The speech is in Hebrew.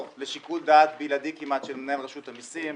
לשיקול דעת בלעדי כמעט של מנהל רשות המסים.